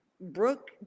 Brooke